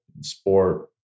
sport